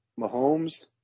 Mahomes